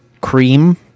cream